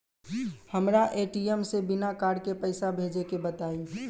हमरा ए.टी.एम से बिना कार्ड के पईसा भेजे के बताई?